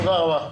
תודה רבה.